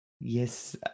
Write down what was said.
Yes